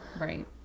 Right